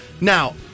Now